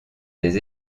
des